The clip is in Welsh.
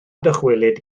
dychwelyd